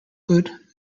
good